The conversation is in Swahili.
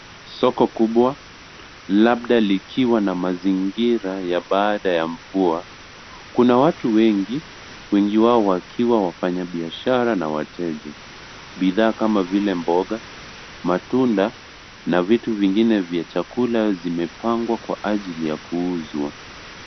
Soko kubwa, labda likiwa na mazingira ya baada ya mvua, kuna watu wengi, wengi wao wakiwa wafanyibiashara na wateja, bidhaa kama vile mboga, matunda na vitu vingine vya chakula zimepangwa kwa ajili ya kuuzwa.